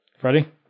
Freddie